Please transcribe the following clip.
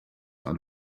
are